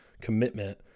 commitment